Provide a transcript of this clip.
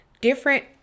different